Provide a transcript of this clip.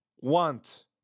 want